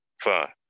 fine